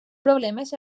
problemes